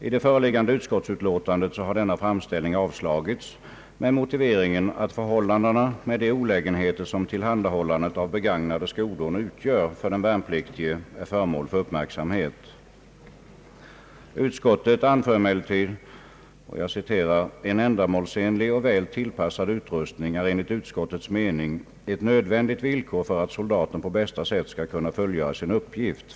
I det föreliggande utskottsutlåtandet har denna framställning avslagits med motiveringen att förhållandet med de olägenheter som tillhandahållandet av begagnade skodon utgör för den värnpliktige är föremål för uppmärksamhet. Utskottet anför emellertid: »En ändamålsenlig och väl tillpassad utrustning är enligt utskottets mening ett nödvändigt villkor för att soldaten på bästa sätt skall kunna fullgöra sin uppgift.